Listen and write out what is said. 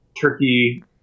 turkey